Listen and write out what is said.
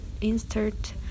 insert